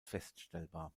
feststellbar